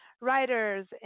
writers